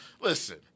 listen